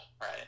right